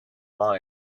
mine